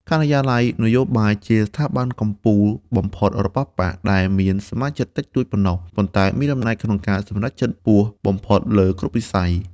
ការិយាល័យនយោបាយជាស្ថាប័នកំពូលបំផុតរបស់បក្ស ដែលមានសមាជិកតិចតួចប៉ុណ្ណោះ ប៉ុន្តែមានអំណាចក្នុងការសម្រេចចិត្តខ្ពស់បំផុតលើគ្រប់វិស័យ ។